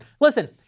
Listen